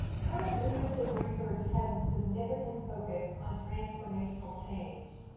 current leadership research has a significant focus on transformational change,